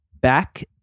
back